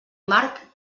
marc